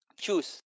choose